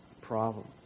problem